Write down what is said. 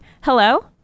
hello